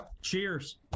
cheers